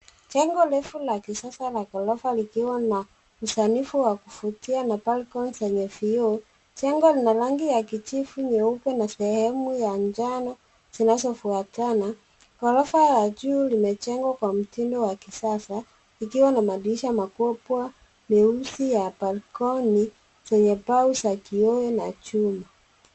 Jengo refu la kisasa la gorofa likiwa na usanifu wa kuvutia na balcony zenye vioo. Jengo lina rangi ya kijivu, nyeupe na sehemu ya njano zinazofuatana. Gorofa ya juu limejengwa kwa mtindo wa kisasa likiwa na madirisha makubwa, meusi ya balcony zenye pau za kiyoye na chui.